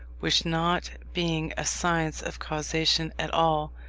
which, not being a science of causation at all,